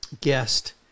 guest